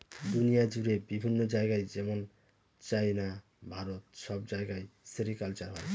দুনিয়া জুড়ে বিভিন্ন জায়গায় যেমন চাইনা, ভারত সব জায়গায় সেরিকালচার হয়